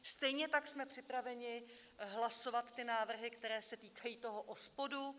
Stejně tak jsme připraveni hlasovat návrhy, které se týkají OSPOD.